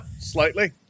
Slightly